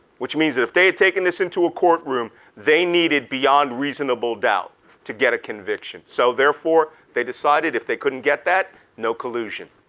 which means that if they had taken this into a courtroom, they needed beyond reasonable doubt to get a conviction. so therefore they decided if they couldn't get that, no collusion,